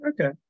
Okay